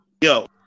Yo